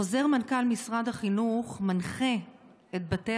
חוזר מנכ"ל משרד החינוך מנחה את בתי